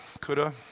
coulda